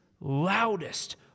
loudest